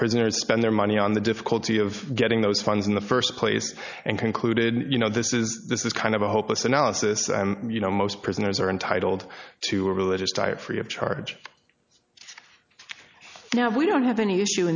prisoners spend their money on the difficulty of getting those funds in the first place and concluded you know this is this is kind of a hopeless analysis and you know most prisoners are entitled to a religious type free of charge now we don't have any issue